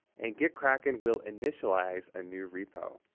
and gitkraken will initialize a new repo.